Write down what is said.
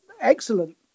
excellent